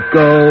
go